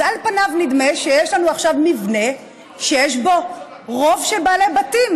אז על פניו נדמה שיש לנו עכשיו מבנה שיש בו רוב של בעלי בתים,